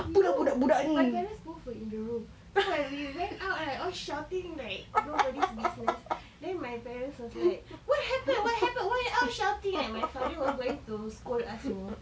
no my parents both were in the room so when we ran out shouting like nobody's business then my parents was like what happened what happened why all shouting eh my father was going to scold us you know